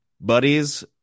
buddies